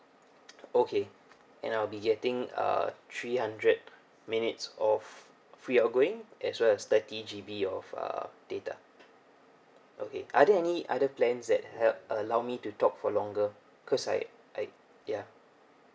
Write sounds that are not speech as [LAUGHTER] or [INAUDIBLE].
[NOISE] okay and I'll be getting uh three hundred minutes of free are going as well as thirty G_B of uh data okay are there any other plans that had allow me to talk for longer cos I I ya